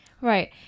right